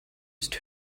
ist